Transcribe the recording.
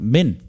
Men